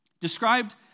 Described